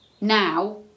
now